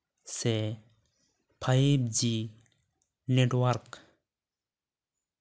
ᱥᱮ five G net work